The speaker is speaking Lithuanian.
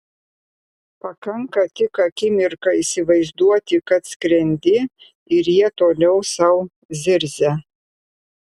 pakanka tik akimirką įsivaizduoti kad skrendi ir jie toliau sau zirzia